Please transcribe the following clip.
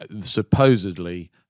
Supposedly